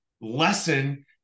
lesson